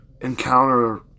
encounter